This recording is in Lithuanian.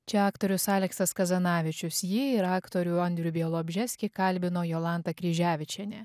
čia aktorius aleksas kazanavičius jį ir aktorių andrių bielobžeskį kalbino jolanta kryževičienė